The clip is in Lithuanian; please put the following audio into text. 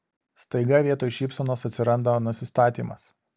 staiga vietoj šypsenos atsiranda nusistatymas